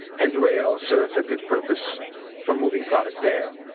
and rail serves a good purpose for moving product there.